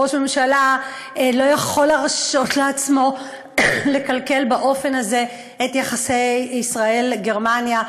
ראש ממשלה לא יכול להרשות לעצמו לקלקל באופן הזה את יחסי ישראל גרמניה,